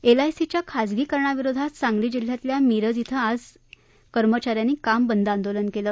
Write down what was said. एलआयसीच्या खासगीकरणाविरोधात सांगली जिल्ह्यातल्या मिरज श्री आज कर्मचाऱ्यांनी काम बंद आंदोलन केलं